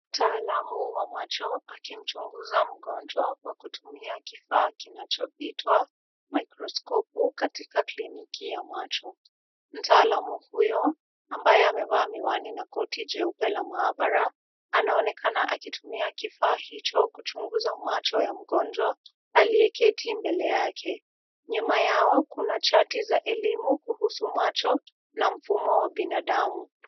Mtaalamu wa macho akimchunguza mgonjwa kwa kutumia kifaa kinachoitwa microscope katika kiliniki ya macho. Mtaalamu huyo ambaye amevaa miwani na koti jeupe la maabara anaonekana akitumia kifaa hicho kuchunguza macho ya mgonjwa aliyeketi mbele yake. Nyuma yao kuna chati za elimu kuhusu macho na mfumo wa binadamu.